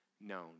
known